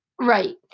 Right